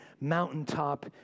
mountaintop